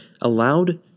allowed